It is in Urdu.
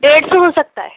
ڈیڑھ سو ہو سکتا ہے